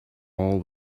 all